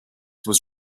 was